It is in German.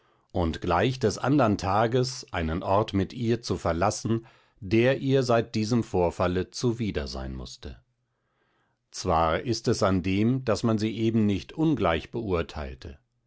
und gleich des andern tages einen ort mit ihr zu verlassen der ihr seit diesem vorfalle zuwider sein mußte zwar ist es an dem daß man sie eben nicht ungleich beurteilte